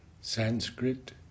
Sanskrit